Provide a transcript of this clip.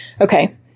Okay